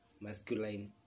masculine